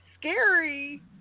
scary